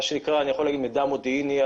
מה שנקרא מידע מודיעיני,